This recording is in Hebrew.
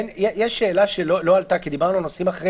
יש שאלה שלא עלתה כי דיברנו על נושאים אחרים.